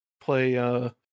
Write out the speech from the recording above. play